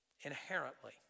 inherently